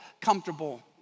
comfortable